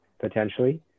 potentially